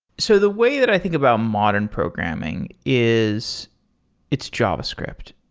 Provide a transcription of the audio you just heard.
so the way that i think about modern programming is its javascript,